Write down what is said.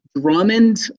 Drummond